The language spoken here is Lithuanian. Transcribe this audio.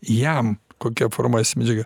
jam kokia formuojasi medžiaga